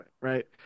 right